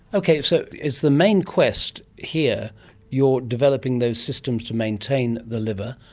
okay, so is the main quest here your developing those systems to maintain the liver,